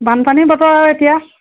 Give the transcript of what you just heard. বানপানীৰ বতৰ আৰু এতিয়া